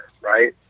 right